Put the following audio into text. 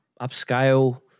upscale